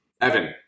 Evan